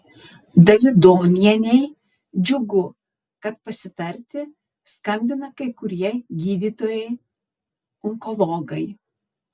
davidonienei džiugu kad pasitarti skambina kai kurie gydytojai onkologai